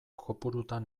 kopurutan